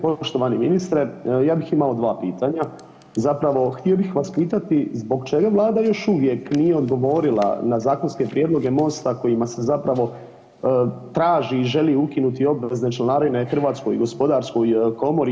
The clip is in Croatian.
Poštovani ministre, ja bih imao dva pitanja, zapravo htio bih vas pitati zbog čega vlada još uvijek nije odgovorila na zakonske prijedloge MOST-a kojima se zapravo traži i želi ukinuti obvezne članarine HGK-u i HOK-u?